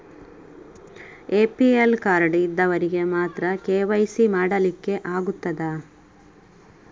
APL card ಇದ್ದವರಿಗೆ ಮಾತ್ರ KYC ಮಾಡಲಿಕ್ಕೆ ಆಗುತ್ತದಾ?